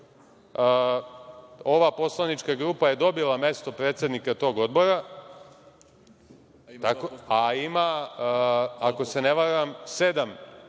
Ova poslanička grupa je dobila mesto predsednika tog odbora, a ima, ako se ne varam, sedam